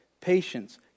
patience